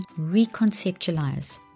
reconceptualize